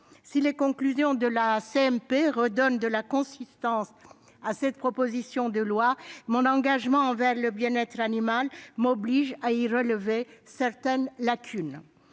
de la commission mixte paritaire redonnent de la consistance à cette proposition de loi, mon engagement envers le bien-être animal m'oblige à y relever certaines lacunes.